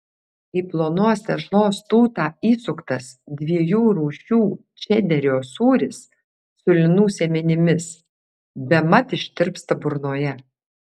į plonos tešlos tūtą įsuktas dviejų rūšių čederio sūris su linų sėmenimis bemat ištirpsta burnoje